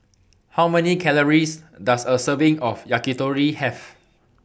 How Many Calories Does A Serving of Yakitori Have